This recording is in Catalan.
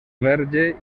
verge